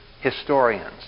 historians